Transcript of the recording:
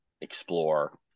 explore